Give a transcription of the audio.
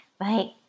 Right